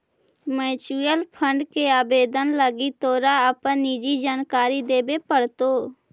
mutual fund के आवेदन लागी तोरा अपन निजी जानकारी देबे पड़तो